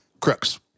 Crooks